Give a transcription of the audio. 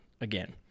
again